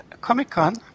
Comic-Con